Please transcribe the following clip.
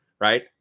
Right